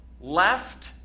left